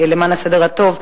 למען הסדר הטוב,